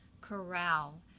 corral